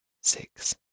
six